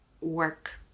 work